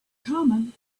common